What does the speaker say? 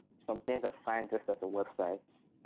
some things are fine just as a website,